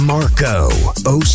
Marco